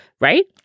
right